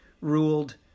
ruled